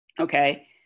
okay